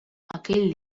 aquell